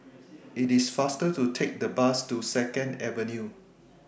IT IS faster to Take The Bus to Second Avenue